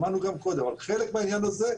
שמענו גם קודם אבל חלק מהעניין הזה,